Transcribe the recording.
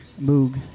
Moog